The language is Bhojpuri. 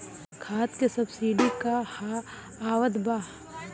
खाद के सबसिडी क हा आवत बा?